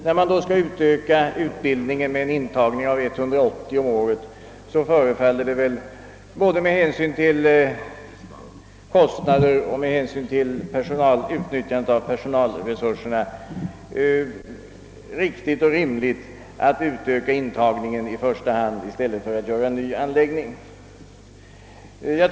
När man då skall utvidga utbildningskapaciteten med en ytterligare intagning av 180 elever om året, förefaller det både med hänsyn till kostnaderna och utnyttjandet av personalresurserna riktigt och rimligt att i första hand öka intagningen på samtliga håll i stället för att åstadkomma nya anläggningar.